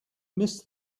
miss